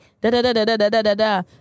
Da-da-da-da-da-da-da-da